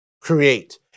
create